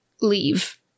leave